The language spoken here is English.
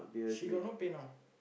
she got no pay-now